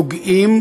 נוגעים